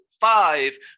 five